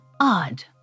odd